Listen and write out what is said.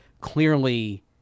clearly